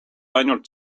ainult